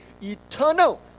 eternal